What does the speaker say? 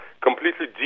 completely